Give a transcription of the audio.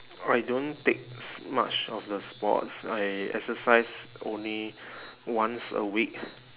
oh I don't takes much of the sports I exercise only once a week